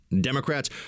Democrats